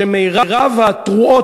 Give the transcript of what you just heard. שמרב התרועות,